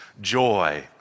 joy